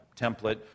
template